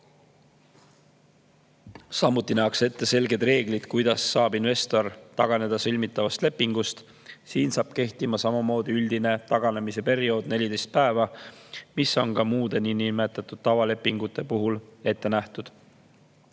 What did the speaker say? Samuti nähakse ette selged reeglid, kuidas saab investor taganeda sõlmitavast lepingust. Siin saab kehtima samamoodi üldine taganemise periood 14 päeva, mis on ka muude niinimetatud tavalepingute puhul ette nähtud.